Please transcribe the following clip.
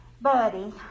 Buddy